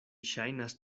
ŝajnas